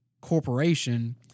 corporation